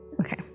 Okay